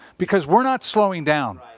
because we're not slowing down.